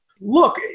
look